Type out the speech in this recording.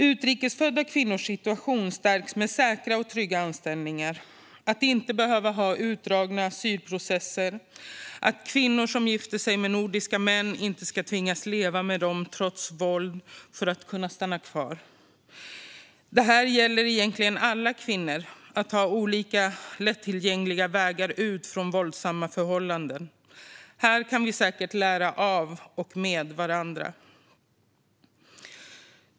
Utrikesfödda kvinnors situation stärks med säkra och trygga anställningar, att inte behöva ha utdragna asylprocesser, att kvinnor som gifter sig med nordiska män inte ska tvingas leva med dem, trots våld, för att kunna stanna kvar här. Det gäller egentligen alla kvinnor att ha olika och lättillgängliga vägar ut från våldsamma förhållanden. Här kan vi säkert lära av och med varandra.